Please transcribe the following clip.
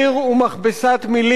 הוא מכבסת מלים,